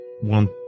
one